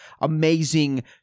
amazing